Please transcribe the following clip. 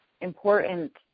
important